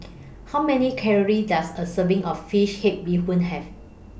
How Many Calories Does A Serving of Fish Head Bee Hoon Have